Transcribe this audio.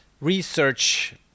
research